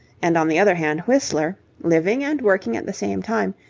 and on the other hand whistler, living and working at the same time,